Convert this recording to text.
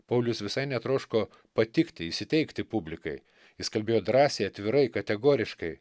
paulius visai netroško patikti įsiteikti publikai jis kalbėjo drąsiai atvirai kategoriškai